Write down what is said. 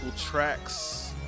tracks